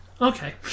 Okay